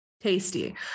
Tasty